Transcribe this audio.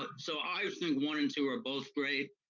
ah so i think one and two are both great.